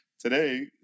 Today